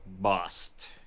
bust